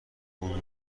اون